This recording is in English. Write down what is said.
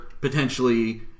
Potentially